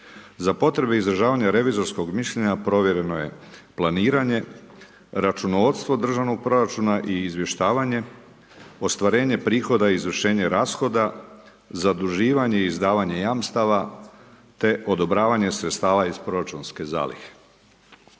Za potrebe izražavanja revizorskog mišljenja provjereno je planiranje, računovodstvo državnog proračuna i izvještavanje, ostvarenje prihoda i izvršenje rashoda, zaduživanje i izdavanje jamstava te odobravanje sredstava iz proračunske zalihe.